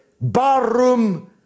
barroom